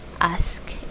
ask